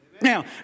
Now